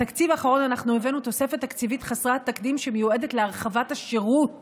בתקציב האחרון הבאנו תוספת תקציבית חסרת תקדים שמיועדת להרחבת השירות